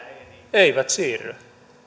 eivät siirry